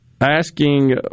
asking